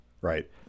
Right